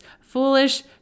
foolish